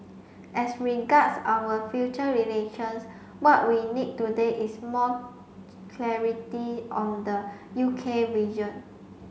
as regards our future relations what we need today is more clarity on the U K vision